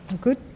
Good